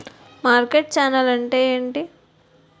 Market channel అంటే ఏమిటి?